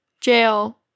jail